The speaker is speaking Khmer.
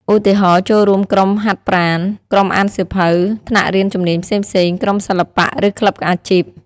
ឧទាហរណ៍ ចូលរួមក្រុមហាត់ប្រាណ ក្រុមអានសៀវភៅ ថ្នាក់រៀនជំនាញផ្សេងៗ ក្រុមសិល្បៈ ឬក្លឹបអាជីព។